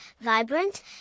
vibrant